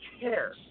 care